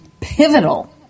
pivotal